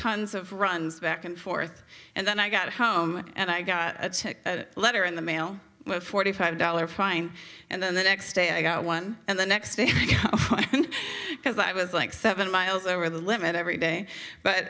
tons of runs back and forth and then i got home and i got a letter in the mail with forty five dollars fine and then the next day i got one and the next day because i was like seven miles over the limit every day but